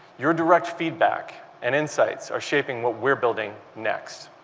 your direct feedback and insights are shape ing what we're building next.